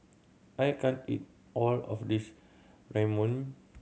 I can't eat all of this Ramyeon